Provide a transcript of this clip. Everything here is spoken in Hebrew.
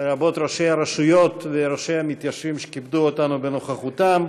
לרבות ראשי הרשויות וראשי המתיישבים שכיבדו אותנו בנוכחותם.